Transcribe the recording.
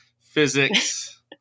physics